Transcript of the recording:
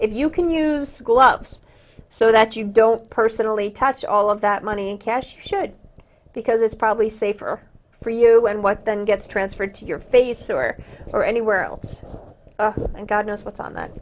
if you can use gloves so that you don't personally touch all of that money cash should because it's probably safer for you when what then gets transferred to your face or or anywhere else and god knows what's on that